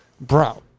bro